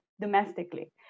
domestically